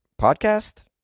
podcast